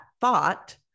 thought